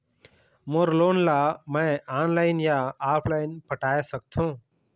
मोर loan ला मैं online या ऑफलाइन पटाए सकथों?